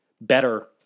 better